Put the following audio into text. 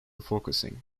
focusing